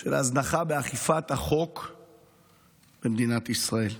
של הזנחה באכיפת החוק במדינת ישראל.